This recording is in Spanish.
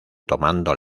tomando